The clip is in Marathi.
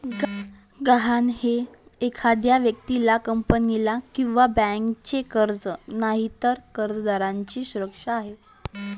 गहाण हे एखाद्या व्यक्तीला, कंपनीला किंवा बँकेचे कर्ज नाही, तर कर्जदाराची सुरक्षा आहे